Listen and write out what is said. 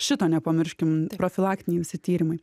šito nepamirškim profilaktiniai visi tyrimai